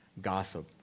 gossip